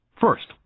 First